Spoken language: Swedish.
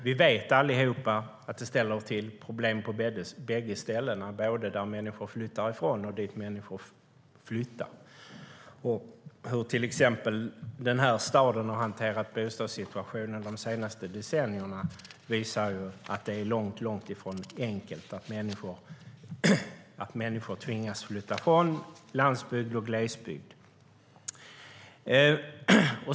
Vi vet alla att det ställer till problem på bägge ställen, både där människor flyttar ut och dit människor flyttar. Hur till exempel den här staden har hanterat bostadssituationen de senaste decennierna visar att det är långt ifrån enkelt att människor tvingas flytta från landsbygd och glesbygd.